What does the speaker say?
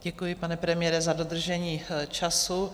Děkuji, pane premiére, za dodržení času.